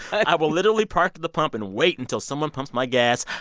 i will literally park at the pump and wait until someone pumps my gas.